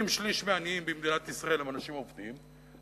אם שליש מהעניים במדינת ישראל הם אנשים עובדים,